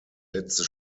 letzte